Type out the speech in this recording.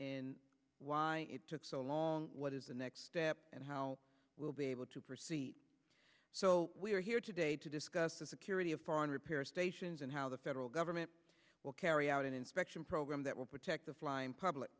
in why it took so long what is the next step and how we'll be able to proceed so we are here today to discuss the security of foreign repair stations and how the federal government will carry out an inspection program that will protect the flying public